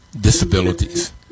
disabilities